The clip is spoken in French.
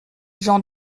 j’en